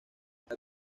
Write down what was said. está